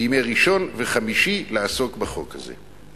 בימי ראשון וחמישי, לעסוק בחוק הזה.